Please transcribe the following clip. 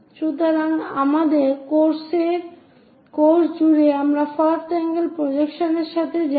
সুতরাং আমাদের কোর্স জুড়ে আমরা ফার্স্ট আঙ্গেল প্রজেকশন এর সঙ্গে যাই